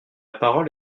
parole